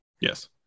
Yes